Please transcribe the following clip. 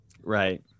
Right